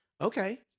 Okay